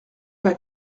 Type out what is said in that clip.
pas